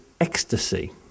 ecstasy